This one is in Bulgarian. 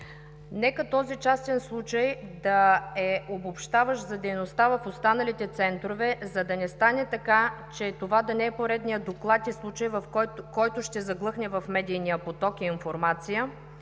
Нека този частен случай да е обобщаващ за дейността в останалите центрове, за да не стане така, че това да не е поредният доклад и случай, който ще заглъхне в медийния поток и информация,